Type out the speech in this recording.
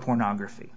pornography